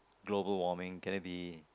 global warming can it be